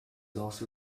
also